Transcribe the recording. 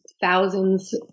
thousands